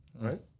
right